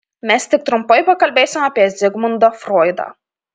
mes tik trumpai pakalbėsime apie zigmundą froidą